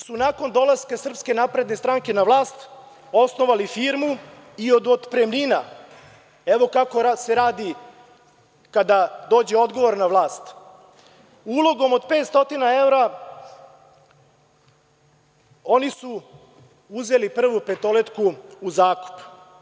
Radnici su nakon dolaska Srpske napredne stranke na vlast osnovali firmu i od otpremnina, evo kako se radi kada dođe odgovorna vlast, ulogom od 500 evra oni su uzeli „Prvu petoletku“ u zakup.